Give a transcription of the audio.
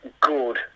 good